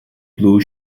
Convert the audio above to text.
blue